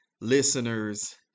listeners